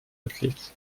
athletes